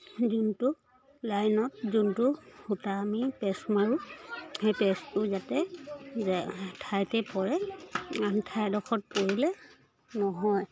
যোনটো লাইনত যোনটো সূতা আমি পেষ্ট মাৰোঁ সেই পেষ্টটো যাতে জে ঠাইতে পৰে আন ঠাইডোখৰত পৰিলে নহয়